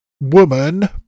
woman